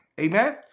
amen